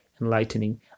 enlightening